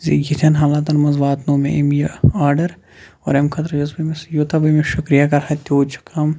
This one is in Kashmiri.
زِ یِتھٮ۪ن حالاتن منٛز واتنو مےٚ أمۍ یہِ آرڈر اور امہِ خٲطرٕ چھُس بہٕ أمِس یوٗتاہ بہٕ أمِس شُکریہ کرٕ تیوٗت چھُ کم